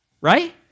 right